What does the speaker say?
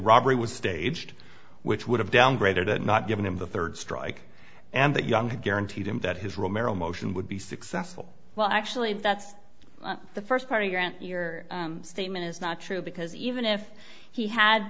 robbery was staged which would have downgraded it not given him the third strike and that young that guaranteed him that his romero motion would be successful well actually that's the first part of your and your statement is not true because even if he had